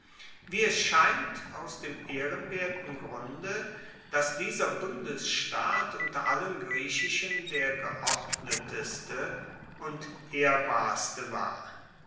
wie es scheint aus dem ehrenwerten grunde dass dieser bundesstaat unter allen griechischen der geordnetste und ehrbarste war